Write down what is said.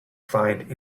find